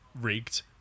rigged